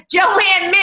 Joanne